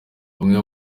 bumwe